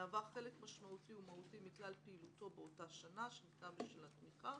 מהווה חלק משמעותי ומהותי מכלל פעילותו באותה שנה שניתנת בשלה תמיכה,